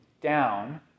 down